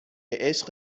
عشق